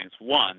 One